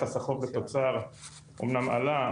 אבל עלה הרבה פחות מאשר במדינות אחרות,